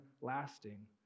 lasting